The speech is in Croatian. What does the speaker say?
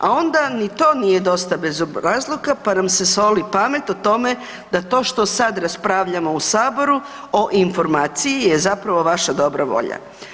A onda ni to nije dosta bezobrazluka, pa nam se soli pamet o tome da to što sad raspravljamo u saboru o Informaciji je zapravo vaša dobra volja.